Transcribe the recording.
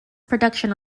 production